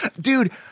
Dude